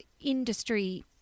industry